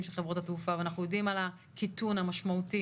של חברות התעופה ואנחנו יודעים על הקיטון המשמעותי